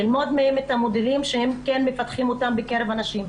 ללמוד מהם את המודלים שהם מפתחים בקרב הנשים,